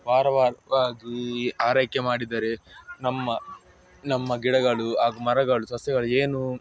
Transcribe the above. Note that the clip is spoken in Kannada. ವಾರ ವಾರವಾಗಿ ಆರೈಕೆ ಮಾಡಿದರೆ ನಮ್ಮ ನಮ್ಮ ಗಿಡಗಳು ಹಾಗೂ ಮರಗಳು ಸಸ್ಯಗಳು ಏನು